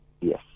Yes